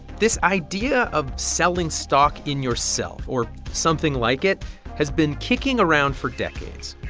this idea of selling stock in yourself or something like it has been kicking around for decades.